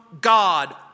God